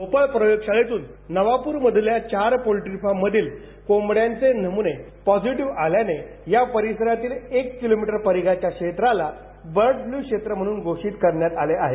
भोपाळ प्रयोगशाळेतून नवाप्र मधल्या चार पोल्ट्रीफार्म मधील कोबड्याचे नम्ने पॉझीटीव्ह आल्याने या परिसरातील एक किलोमीटर परिघाच्या क्षेत्राला बर्डप्ल्यू क्षेत्र म्हणून घोषीत करण्यात आले आहे